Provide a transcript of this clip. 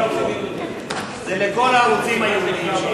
זה לכל הערוצים הייעודיים.